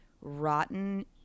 rotten